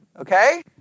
Okay